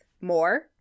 more